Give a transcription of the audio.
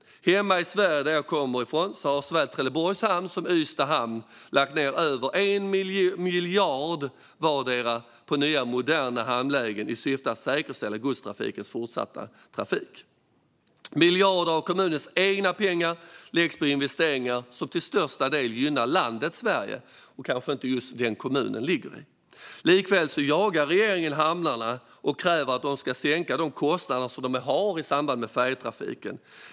Hemma i Skåne, som jag kommer ifrån, har såväl Trelleborgs hamn som Ystads hamn lagt över 1 miljard vardera på nya moderna hamnlägen i syfte att säkerställa fortsatt godstrafik. Miljarder av kommunernas egna pengar läggs på investeringar som till största delen gynnar landet Sverige och kanske inte just den kommun som hamnen ligger i. Likväl jagar regeringen hamnarna och kräver att de ska sänka de kostnader som de har i samband med färjetrafiken.